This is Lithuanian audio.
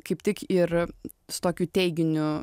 kaip tik ir su tokiu teiginiu